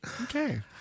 Okay